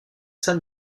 san